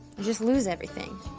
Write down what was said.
just lose everything.